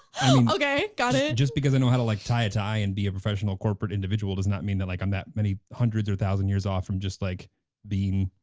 okay got it. just because i know how to like tie a tie and be a professional corporate individual does not mean that like i'm that many hundreds or thousand years off from just like being.